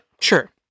sure